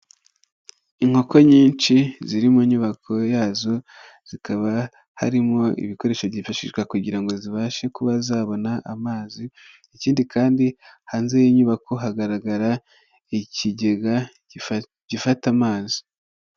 Inkoko nyinshi ziri mu nyubako yazo, zikaba harimo ibikoresho byifashishwa kugira ngo zibashe kuba zabona amazi, ikindi kandi hanze y'inyubako hagaragara ikigega gifata amazi.